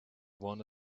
one